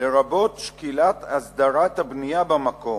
לרבות שקילת הסדרת הבנייה במקום.